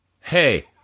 Hey